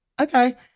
Okay